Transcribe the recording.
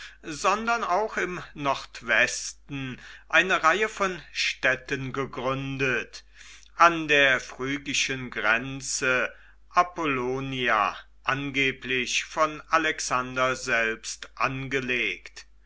sondern auch im nordwesten eine reihe von städten gegründet an der phrygischen grenze apollonia angeblich von alexander selbst angelegt